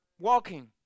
walking